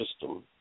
system